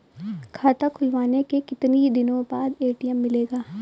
खाता खुलवाने के कितनी दिनो बाद ए.टी.एम मिलेगा?